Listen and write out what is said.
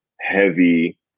heavy